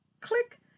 Click